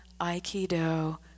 Aikido